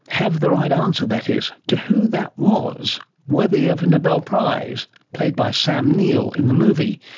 have the right answer that is, to who that was. worthy of a nobel prize, played by sam neill in the movie.